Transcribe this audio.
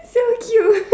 so cute